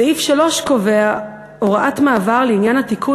סעיף 3 קובע הוראת מעבר לעניין התיקון